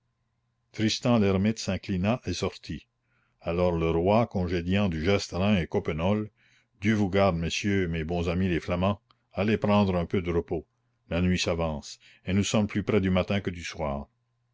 tristan l'hermite s'inclina et sortit alors le roi congédiant du geste rym et coppenole dieu vous garde messieurs mes bons amis les flamands allez prendre un peu de repos la nuit s'avance et nous sommes plus près du matin que du soir